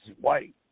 white